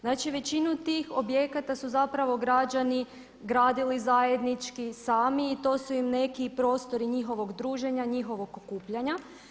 Znači većinu tih objekata su zapravo građani gradili zajednički sami i to su im neki prostori njihovog druženja, njihovog okupljanja.